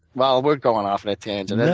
well, we're going off on a tangent. no,